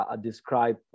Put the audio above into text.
Describe